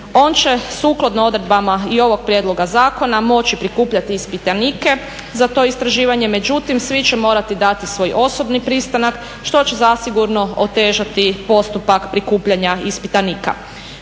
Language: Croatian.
On će sukladno odredbama i ovog prijedloga zakona moći prikupljati ispitanike za to istraživanje međutim svi će morati dati svoj osobni pristanak što će zasigurno otežati postupak prikupljanja ispitanika.